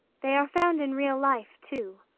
they are found in real life too.